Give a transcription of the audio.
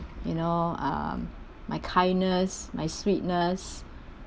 you know um my kindness my sweetness